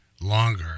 longer